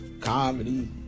comedy